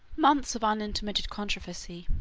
months of unintermitted controversy.